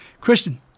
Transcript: Christian